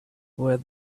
where